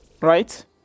Right